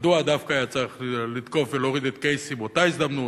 מדוע דווקא היה צריך לתקוף ולהוריד את קייסי באותה הזדמנות,